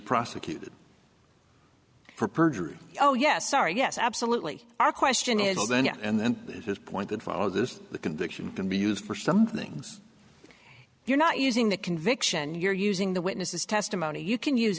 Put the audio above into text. prosecuted for perjury oh yes sorry yes absolutely our question is then and then his point that follow this conviction can be used for some things you're not using the conviction you're using the witnesses testimony you can use